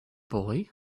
boy